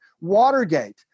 Watergate